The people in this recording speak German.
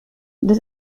das